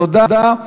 תודה.